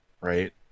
right